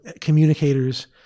communicators